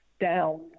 down